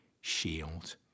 shield